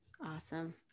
awesome